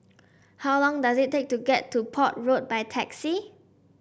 how long does it take to get to Port Road by taxi